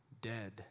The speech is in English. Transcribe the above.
dead